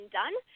done